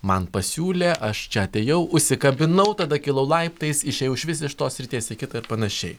man pasiūlė aš čia atėjau užsikabinau tada kilau laiptais išėjau išvis iš tos srities į kitą ir panašiai